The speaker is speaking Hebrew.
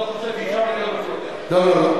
לא, לא.